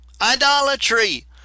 Idolatry